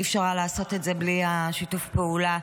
אי-אפשר היה לעשות את זה בלי שיתוף הפעולה.